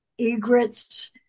egrets